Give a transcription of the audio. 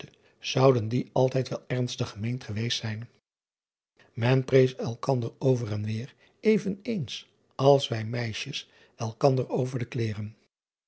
zouden die altijd wel ernstig gemeend geweest zijn en prees elkander over en weêr even eens als wij meisjes elkander over de kleêren